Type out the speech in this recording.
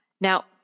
Now